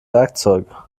werkzeuge